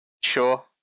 Sure